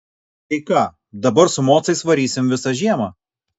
tai ką dabar su mocais varysim visą žiemą